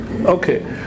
Okay